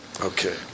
Okay